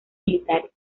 militares